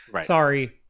Sorry